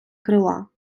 крила